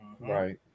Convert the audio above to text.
Right